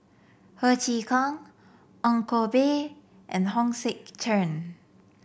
Ho Chee Kong Ong Koh Bee and Hong Sek Chern